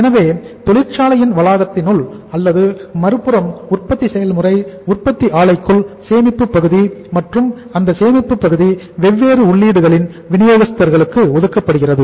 எனவே தொழிற்சாலையின் வளாகத்தினுள் அல்லது மறுபுறம் உற்பத்தி செயல்முறை உற்பத்தி ஆலைக்குள் சேமிப்பு பகுதி மற்றும் அந்த சேமிப்பு பகுதி வெவ்வேறு உள்ளீடுகளின் வினியோகஸ்தர்களுக்கு ஒதுக்கப்படுகிறது